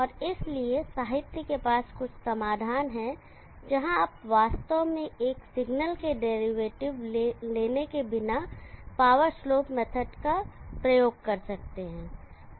और इसलिए साहित्य के पास कुछ समाधान हैं जहां आप वास्तव में एक सिग्नल के डेरिवेटिव लिए बिना पावर स्लोप मेथड का प्रयोग कर सकते हैं